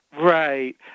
Right